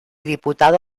diputado